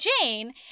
Jane